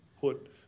put